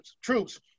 troops